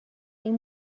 این